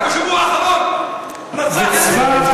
רק בשבוע האחרון רצח ילדים.